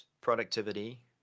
productivity